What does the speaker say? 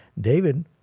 David